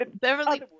Beverly